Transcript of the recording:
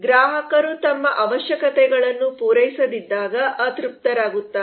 ಗ್ರಾಹಕರು ತಮ್ಮ ಅವಶ್ಯಕತೆಗಳನ್ನು ಪೂರೈಸದಿದ್ದಾಗ ಅತೃಪ್ತರಾಗುತ್ತಾರೆ